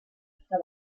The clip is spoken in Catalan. que